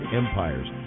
empires